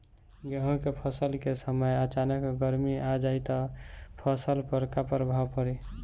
गेहुँ के फसल के समय अचानक गर्मी आ जाई त फसल पर का प्रभाव पड़ी?